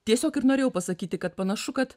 tiesiog ir norėjau pasakyti kad panašu kad